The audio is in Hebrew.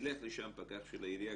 ילך לשם פקח של העירייה,